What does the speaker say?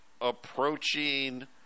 approaching